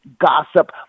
gossip